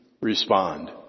respond